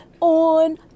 on